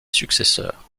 successeurs